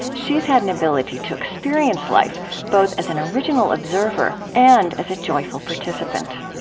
she's had an ability to experience life both as an original observer and as a joyful participant